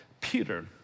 Peter